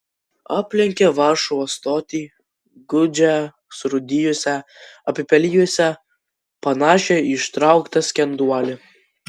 aplenkė varšuvos stotį gūdžią surūdijusią apipelijusią panašią į ištrauktą skenduolį